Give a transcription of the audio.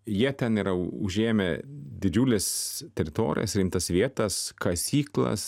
jie ten yra užėmę didžiules teritorijas rimtas vietas kasyklas